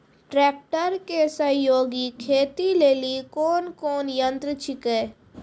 Tractor के सहयोगी खेती लेली कोन कोन यंत्र छेकै?